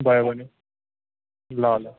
भयो भने ल ल